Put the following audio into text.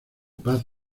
paz